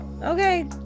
Okay